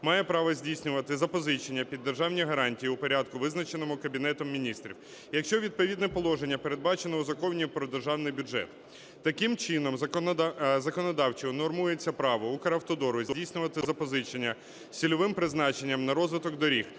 має право здійснювати запозичення під державні гарантії у порядку, визначеному Кабінетом Міністрів, якщо відповідне положення передбачено у Законі про Держаний бюджет. Таким чином, законодавчо унормується право Укравтодору здійснювати запозичення з цільовим призначенням на розвиток доріг.